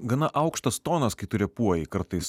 gana aukštas tonas kai tu repuoji kartais